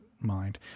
mind